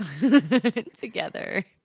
together